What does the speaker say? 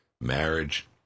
marriage